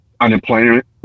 unemployment